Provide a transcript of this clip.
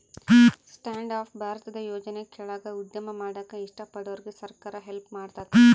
stand up ಭಾರತದ ಯೋಜನೆ ಕೆಳಾಗ ಉದ್ಯಮ ಮಾಡಾಕ ಇಷ್ಟ ಪಡೋರ್ಗೆ ಸರ್ಕಾರ ಹೆಲ್ಪ್ ಮಾಡ್ತತೆ